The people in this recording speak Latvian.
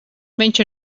viņš